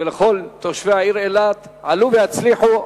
ולכל תושבי העיר אילת: עלו והצליחו.